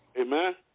Amen